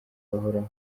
bahoraho